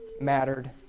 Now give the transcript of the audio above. mattered